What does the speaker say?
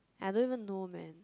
I don't even do math